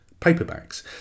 paperbacks